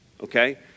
Okay